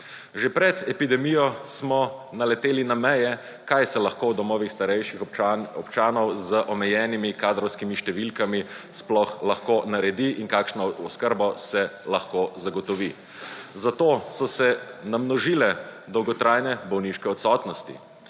Že pred epidemijo smo naleteli na meje, kaj se lahko v domovih starejših občanov z omejenimi kadrovskimi številkami sploh lahko naredi in kakšno oskrbo se lahko zagotovi. Zato so se namnožile dolgotrajne bolniške odsotnosti.